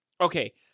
okay